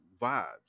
vibes